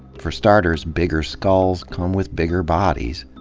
for starters, bigger skulls come with bigger bodies,